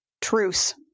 Truce